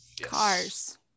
Cars